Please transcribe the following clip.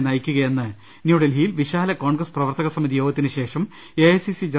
നെ നയിക്കു കയെന്ന് ന്യൂഡൽഹിയിൽ വിശാല കോൺഗ്രസ്ട് പ്രവർത്തകസ മിതി യോഗത്തിന് ശേഷം എഐസിസി ജന